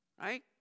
right